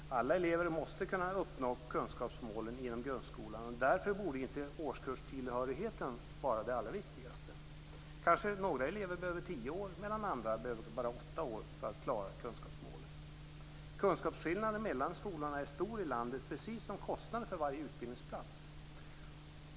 Alla elever måste kunna uppnå kunskapsmålen inom grundskolan, och därför borde inte årskurstillhörigheten vara det allra viktigaste. Några elever behöver kanske tio år, medan andra bara behöver åtta år för att klara kunskapsmålen. Kunskapsskillnaderna mellan skolorna är stora i landet, precis som skillnaderna i kostnader för varje utbildningsplats.